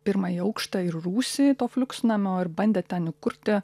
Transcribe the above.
pirmąjį aukštą ir rūsį to fliuksnamio ir bandė ten įkurti